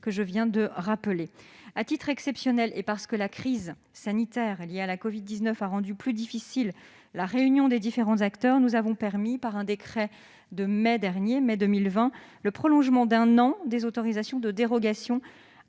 même procédure. À titre exceptionnel, et parce que la crise sanitaire liée à la covid-19 a rendu plus difficile la réunion des différents acteurs, nous avons permis, par un décret du 25 mai 2020, la prolongation d'un an des autorisations de dérogation